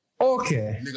okay